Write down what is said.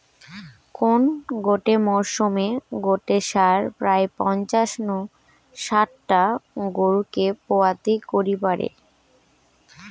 কোন গটে মরসুমে গটে ষাঁড় প্রায় পঞ্চাশ নু শাট টা গরুকে পুয়াতি করি পারে